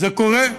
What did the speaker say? זה קורה.